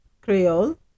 Creole